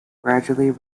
gradually